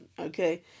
okay